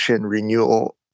renewal